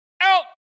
Out